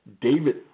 David